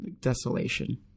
desolation